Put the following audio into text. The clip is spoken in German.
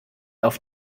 auf